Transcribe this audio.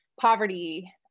poverty